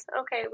okay